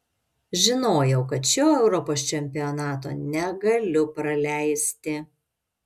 žinojau kad šio europos čempionato negaliu praleisti